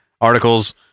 articles